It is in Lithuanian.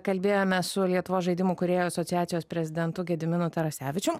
kalbėjome su lietuvos žaidimų kūrėjų asociacijos prezidentu gediminu tarasevičium